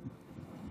לוי.